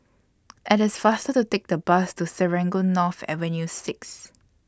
IT IS faster to Take The Bus to Serangoon North Avenue six